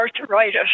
arthritis